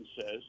says